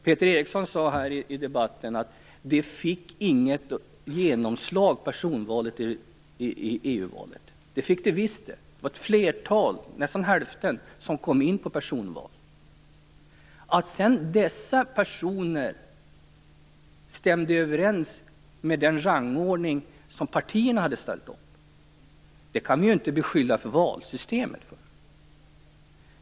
Peter Eriksson sade här i debatten att personvalet i EU-valet inte fick något genomslag. Det fick det visst. Det var ett flertal, nästan hälften, som kom in på personval. Att sedan dessa personer var desamma som i den rangordning som partierna hade ställt upp kan vi ju inte beskylla valsystemet för.